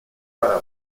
para